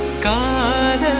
god!